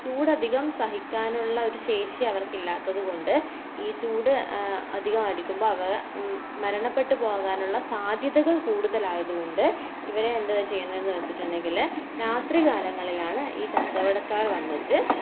ചൂട് അധികം സഹിക്കാനുള്ള ഒരു ശേഷി അവർക്ക് ഇല്ലാത്തത് കൊണ്ട് ഈ ചൂട് അധികം അടുക്കുമ്പോൾ അവർ മരണപ്പെട്ട് പോകാനുള്ള സാധ്യതകൾ കൂടുതലായത് കൊണ്ട് ഇവരെ എന്താ ചെയ്യുന്നത് എന്ന് വെച്ചിട്ടുണ്ടെങ്കിൽ രാത്രി കാലങ്ങളിലാണ് ഈ കച്ചവടക്കാർ വന്നിട്ട്